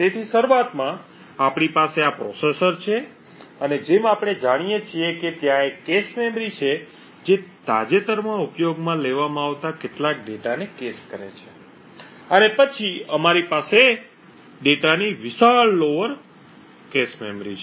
તેથી શરૂઆતમાં આપણી પાસે આ પ્રોસેસર છે અને જેમ આપણે જાણીએ છીએ કે ત્યાં એક cache મેમરી છે જે તાજેતરમાં ઉપયોગમાં લેવામાં આવતા કેટલાક ડેટાને cache કરે છે અને પછી અમારી પાસે ડેટાની વિશાળ લોઅર cahe મેમરી છે